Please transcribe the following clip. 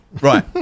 Right